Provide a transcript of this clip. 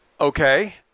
Okay